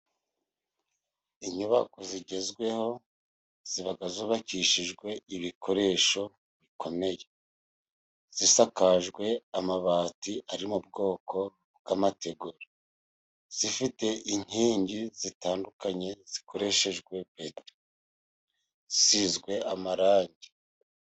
Inyubako zigezweho ziba zubakishijwe ibikoresho bikomeye, zisakajwe amabati ari mu bwoko bw'amategura, zifite inkingi zitandukanye zikoreshejwe beto, zisizwe amarangi.